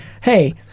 hey